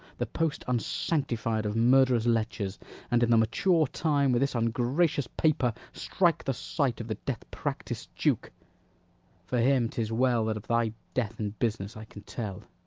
the post unsanctified of murderous lechers and in the mature time with this ungracious paper strike the sight of the death-practis'd duke for him tis well that of thy death and business i can tell.